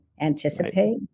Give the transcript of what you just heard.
anticipate